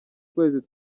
kwezi